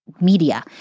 media